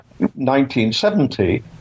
1970